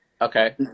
Okay